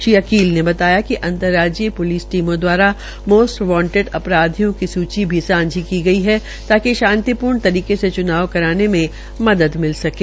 श्री अकील ने बताया कि अंर्तराज्यीय प्लिस टीमों दवारा मोस्ट वांटेड अपराधियों की सूची भी सांझी की गई ताकि शांतिपूर्ण तरीके से च्नाव कराने मे मदद मिल सकें